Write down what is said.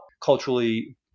culturally